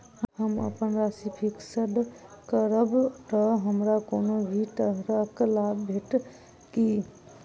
हम अप्पन राशि फिक्स्ड करब तऽ हमरा कोनो भी तरहक लाभ भेटत की?